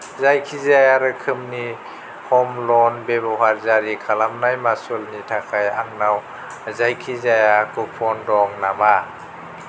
जायखिजाया रोखोमनि ह'म ल'न वेभार जारि खालामनाय मासुलनि थाखाय आंनाव जायखिजाया कुप'न दं नामा